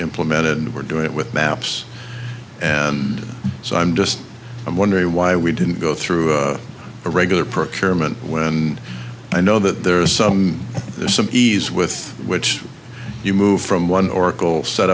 implemented and we're doing it with maps and so i'm just i'm wondering why we didn't go through a regular procurement when i know that there's some there's some ease with which you move from one oracle set